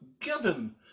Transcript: given